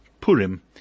Purim